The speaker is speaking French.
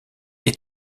est